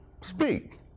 speak